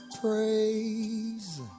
praise